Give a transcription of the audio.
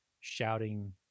shouting